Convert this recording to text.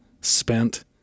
spent